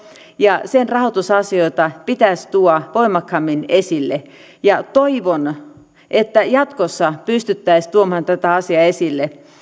ja sen rahoitusasioita pitäisi tuoda voimakkaammin esille toivon että jatkossa pystyttäisiin tuomaan tätä asiaa esille